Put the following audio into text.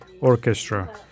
Orchestra